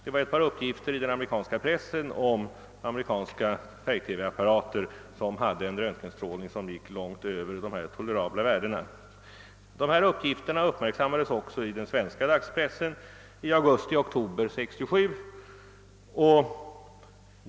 Det gäller en del uppgifter i den amerikanska pressen om färg-TV-apparater i USA, vilka avgav en röntgenstrålning som gick långt utöver de tolerabla värdena. Dessa uppgifter uppmärksammades också i den svenska dagspressen under augusti—oktober 1967.